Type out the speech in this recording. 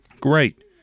great